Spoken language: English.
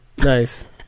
nice